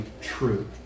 true